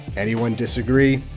anyone disagree?